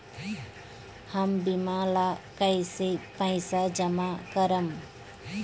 हम बीमा ला कईसे पईसा जमा करम?